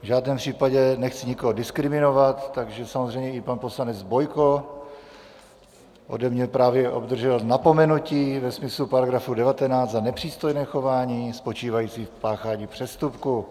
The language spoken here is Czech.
V žádném případě nechci nikoho diskriminovat, takže samozřejmě i pan poslanec Bojko ode mě právě obdržel napomenutí ve smyslu § 19 za nepřístojné chování spočívající v páchání přestupku.